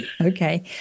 Okay